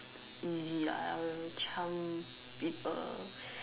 easy ah I wouldn't charm people